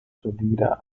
solide